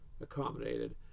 accommodated